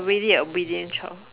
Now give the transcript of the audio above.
really obedient child